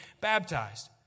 baptized